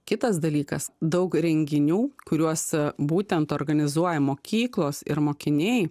kitas dalykas daug renginių kuriuos a būtent organizuoja mokyklos ir mokiniai